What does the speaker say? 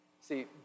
see